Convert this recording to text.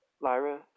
Lyra